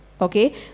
Okay